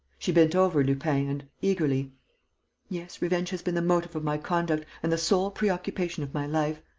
she bent over lupin and, eagerly yes, revenge has been the motive of my conduct and the sole preoccupation of my life.